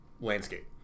landscape